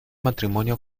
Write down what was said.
matrimonio